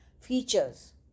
features